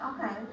Okay